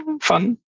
fun